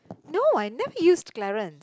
no I never used clarent